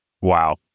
Wow